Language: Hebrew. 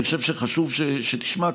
אני חושב שחשוב שתשמע.